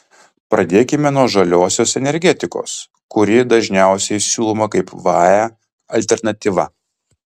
pradėkime nuo žaliosios energetikos kuri dažniausiai siūloma kaip vae alternatyva